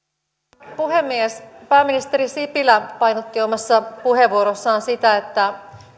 arvoisa puhemies pääministeri sipilä painotti omassa puheenvuorossaan sitä että